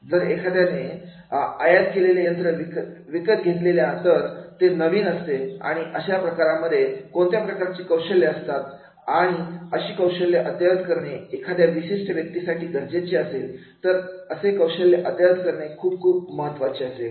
जर एखाद्याने आयात केलेले यंत्र विकत घेतले तर ते नवीन असते आणि अशा प्रकारांमध्ये कोणत्या प्रकारची कौशल्य गरजेचे असतात आणि आणि अशी कौशल्ये अद्यावत करणे एखाद्या विशिष्ट व्यक्तीसाठी गरजेचे असेल तर असे कौशल्य अद्यावत करणे खूप खूप महत्त्वाचे असेल